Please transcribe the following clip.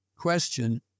question